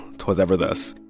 twas ever thus